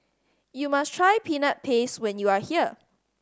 you must try Peanut Paste when you are here